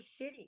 shitty